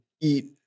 eat